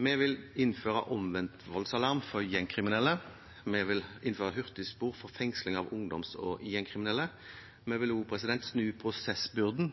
Vi vil innføre omvendt voldsalarm for gjengkriminelle, vi vil innføre hurtigspor for fengsling av ungdoms- og gjengkriminelle. Vi vil også snu prosessbyrden